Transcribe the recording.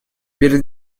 перед